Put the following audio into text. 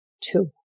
Two